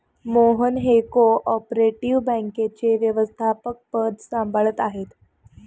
मोहन हे cooperative बँकेचे व्यवस्थापकपद सांभाळत आहेत